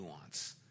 nuance